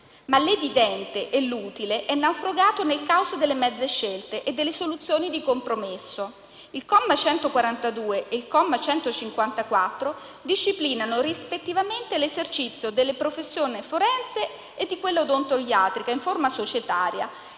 Ma l'evidente e l'utile è naufragato nel caos delle mezze scelte e delle soluzioni di compromesso: i commi 142 e 154 disciplinano, rispettivamente, l'esercizio della professione forense e di quella odontoiatrica in forma societaria